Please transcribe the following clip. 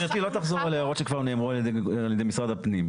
אני מציע שגברתי לא תחזור על הערות שכבר נאמרו על ידי משרד הפנים.